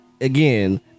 again